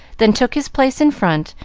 then took his place in front,